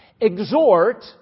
exhort